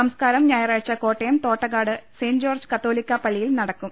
സംസ്കാരം ഞായറാഴ്ച Kottayam Thottakkad saint George കത്തോലിക്ക പള്ളിയിൽ നടക്കും